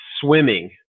swimming